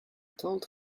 told